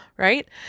Right